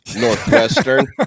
Northwestern